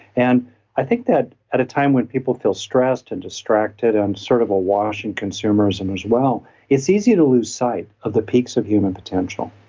and i think that at a time when people feel stressed and distracted and sort of a wash in consumers and as well it's easy to lose sight of the peaks of human potential.